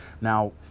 Now